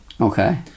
Okay